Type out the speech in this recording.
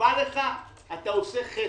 עושה חסד,